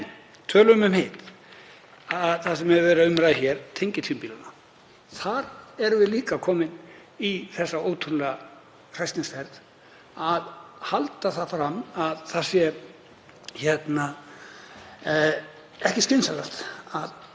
En tölum um hitt sem hefur verið til umræðu hér, tengiltvinnbílana. Þar erum við líka komin í þessa ótrúlegu hræsnisferð að halda því fram að það sé ekki skynsamlegt